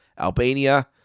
Albania